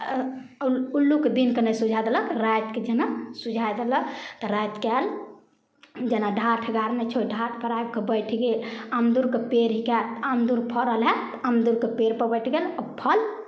उ उल्लूकेँ दिनकेँ नहि सुझाइ देलक रातिकेँ जेना सुझाइ देलक तऽ रातिकेँ आयल जेना ढाठ गाड़ने छी ओहि ढाठपर आबि कऽ बैठ गेल अमदुरके पेड़के अमदुर फड़ल हइ अमदुरके पेड़पर बैठ गेल आ फल